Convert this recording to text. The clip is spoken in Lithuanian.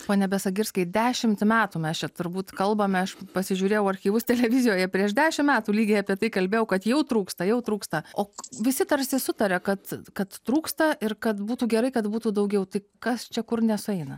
pone besagirskai dešimt metų mes čia turbūt kalbame aš pasižiūrėjau archyvus televizijoje prieš dešimt metų lygiai apie tai kalbėjau kad jau trūksta jau trūksta o visi tarsi sutaria kad kad trūksta ir kad būtų gerai kad būtų daugiau tai kas čia kur nesueina